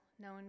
known